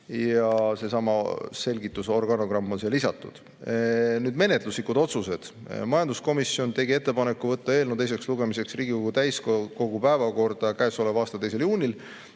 Ja seesama selgitusorganogramm on siia lisatud. Nüüd menetluslikud otsused. Majanduskomisjon tegi ettepaneku võtta eelnõu teiseks lugemiseks Riigikogu täiskogu päevakorda käesoleva aasta 2. juunil,